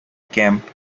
kemp